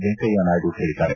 ವೆಂಕಯ್ಣನಾಯ್ಡ ಹೇಳಿದ್ದಾರೆ